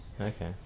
Okay